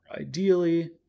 ideally